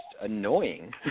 annoying